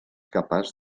capaç